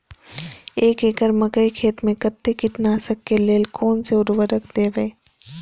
एक एकड़ मकई खेत में कते कीटनाशक के लेल कोन से उर्वरक देव?